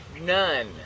None